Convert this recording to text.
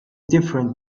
different